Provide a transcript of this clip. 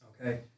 Okay